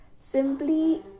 simply